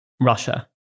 Russia